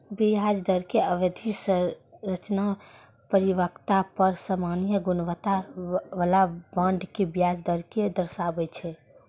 ब्याज दरक अवधि संरचना परिपक्वता पर सामान्य गुणवत्ता बला बांड के ब्याज दर कें दर्शाबै छै